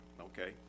okay